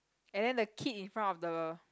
and then the kid in front of the